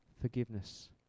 forgiveness